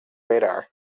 radar